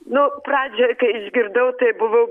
nu pradžioj kai išgirdau tai buvau